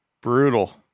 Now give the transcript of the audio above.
brutal